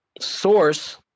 source